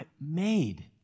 made